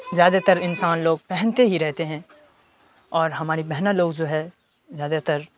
زیادہ تر انسان لوگ پہنتے ہی رہتے ہیں اور ہماری بہنیں لوگ جو ہے زیادہ تر